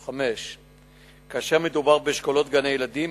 5. כאשר מדובר באשכולות גני-ילדים,